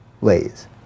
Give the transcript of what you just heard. lays